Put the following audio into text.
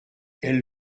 elle